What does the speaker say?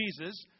Jesus